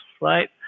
Right